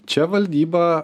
čia valdyba